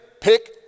pick